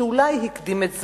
שאולי הקדים את זמנו.